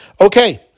Okay